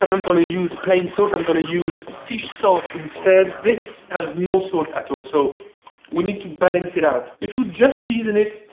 i'm not gonna use plain salt. i'm gonna use fish sauce instead. this has no salt at all so we need to balance it out. if you just season it,